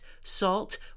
salt